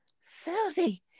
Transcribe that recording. susie